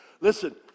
Listen